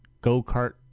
go-kart